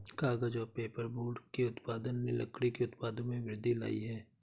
कागज़ और पेपरबोर्ड के उत्पादन ने लकड़ी के उत्पादों में वृद्धि लायी है